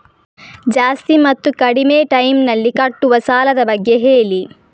ಜಾಸ್ತಿ ಮತ್ತು ಕಡಿಮೆ ಟೈಮ್ ನಲ್ಲಿ ಕಟ್ಟುವ ಸಾಲದ ಬಗ್ಗೆ ಹೇಳಿ